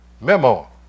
Memo